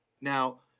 Now